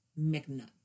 McNutt